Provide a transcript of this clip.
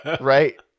right